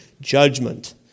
judgment